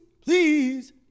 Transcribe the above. please